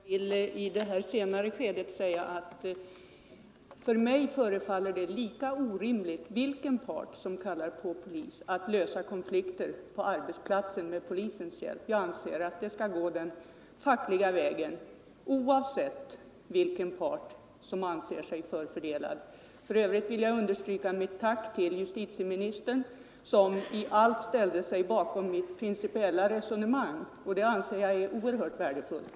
Herr talman! Jag vill i detta senare skede av debatten säga att det för mig förefaller lika orimligt att kalla på polis för att lösa en konflikt på en arbetsplats oavsett vilken part som gör det. Jag anser att sådana saker skall klaras upp den fackliga vägen oberoende av vilken part som anser sig vara förfördelad. För övrigt vill jag understryka mitt tack till justitieministern, som i allt ställde sig bakom mitt principiella resonemang. Det anser jag vara mycket värdefullt.